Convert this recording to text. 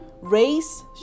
Race